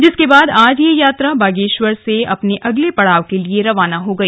जिसके बाद आज यह यात्रा बागेश्वर से अपने अगले पड़ाव के लिए रवाना हो गई